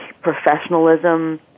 professionalism